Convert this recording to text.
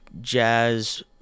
jazz